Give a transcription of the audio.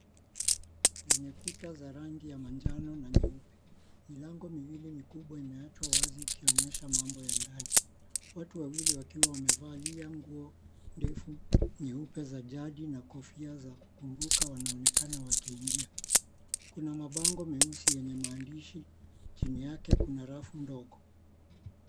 Hizi ni kuta za rangi ya manjano na nyeupe. Milango miwili mikubwa imewachwa wazi ikionyesha mambo ya ndani. Watu wawili wakiwa wamevalia nguo ndefu, nyeupe za jadi na kofia za kukumbuka wanaonekana wakiingia. Kuna mabango meusi yenye maandishi, chini yake kuna rafu ndogo.